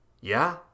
Yeah